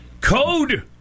code